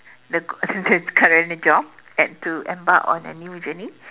the the the current job and to embark on a new journey